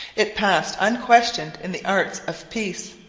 it passed unquestioned in the arts of peace.